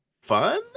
fun